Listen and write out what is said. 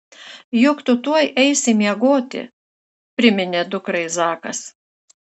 juk tu tuoj eisi miegoti priminė dukrai zakas